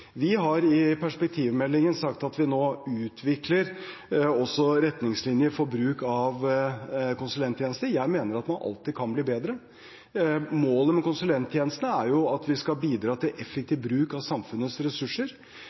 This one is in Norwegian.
Vi har i perspektivmeldingen sagt at vi nå utvikler retningslinjer for bruk av konsulenttjenester. Jeg mener at man alltid kan bli bedre. Målet med konsulenttjenestene er jo at vi skal bidra til effektiv bruk av samfunnets ressurser.